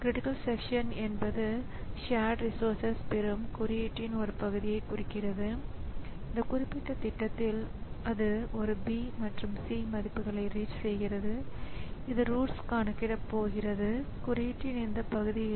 இப்பொழுது இந்த விஷயத்தில் ஸிபியு 1 ன் மெமரிக்கும் ஸிபியு 2 ன் மெமரிக்கும் இடையில் இரண்டு அட்ரஸ் பஸ்கள் இரண்டு டேட்டா பஸ்கள் மற்றும் இரண்டு கண்ட்ரோல் பஸ்கள் தேவைப்படுகின்றன